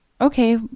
okay